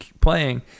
playing